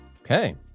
Okay